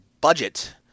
budget